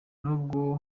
nubwo